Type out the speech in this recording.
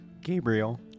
Gabriel